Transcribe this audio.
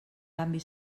canvi